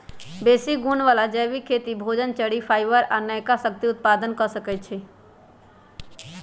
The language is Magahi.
बेशी गुण बला जैबिक भोजन, चरि, फाइबर आ नयका शक्ति उत्पादन क सकै छइ